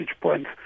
points